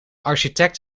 architect